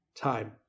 time